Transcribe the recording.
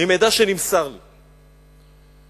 ממידע שנמסר לי,